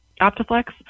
Optiflex